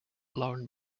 lauren